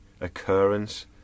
occurrence